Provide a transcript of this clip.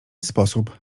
sposób